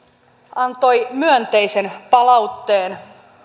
antoi myönteisen palautteen